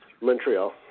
Montreal